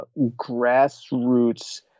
grassroots